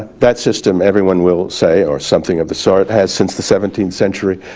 that system everyone will say or something of the sort has since the seventeenth century